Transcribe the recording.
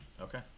Okay